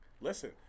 Listen